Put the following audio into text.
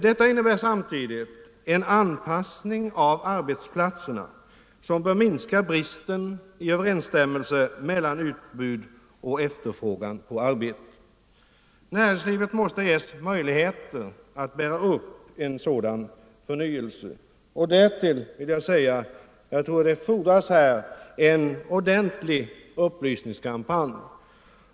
Detta innebär en anpassning av arbetsplatserna, som bör minska bristen i överensstämmelse mellan utbud och efterfrågan på arbete. Näringslivet måste ge möjligheter att bygga upp en sådan förnyelse. Jag tror att det här fordras en ordentlig upplysningskampanj.